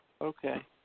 Okay